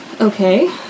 Okay